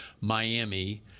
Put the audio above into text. Miami